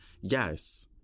Yes